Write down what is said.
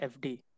FD